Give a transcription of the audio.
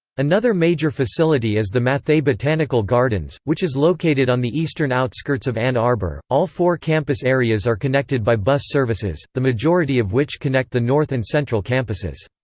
another major facility is the matthaei botanical gardens, which is located on the eastern outskirts of ann arbor all four campus areas are connected by bus services, the majority of which connect the north and central campuses.